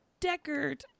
Deckard